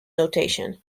notation